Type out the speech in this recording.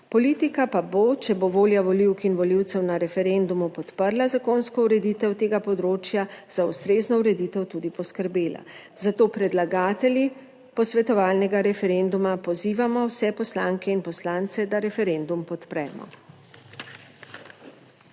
Politika pa bo, če bo volja volivk in volivcev na referendumu podprla zakonsko ureditev tega področja, za ustrezno ureditev tudi poskrbela. Zato predlagatelji posvetovalnega referenduma pozivamo vse poslanke in poslance, da referendum podpremo.